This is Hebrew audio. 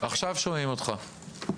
עכשיו שומעים אותך.